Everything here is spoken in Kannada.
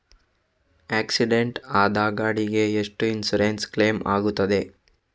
ಆಕ್ಸಿಡೆಂಟ್ ಆದ ಗಾಡಿಗೆ ಎಷ್ಟು ಇನ್ಸೂರೆನ್ಸ್ ಕ್ಲೇಮ್ ಆಗ್ತದೆ?